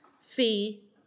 fee